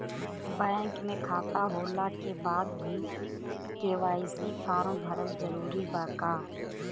Bank में खाता होला के बाद भी के.वाइ.सी फार्म भरल जरूरी बा का?